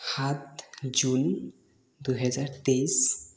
সাত জুন দুহেজাৰ তেইছ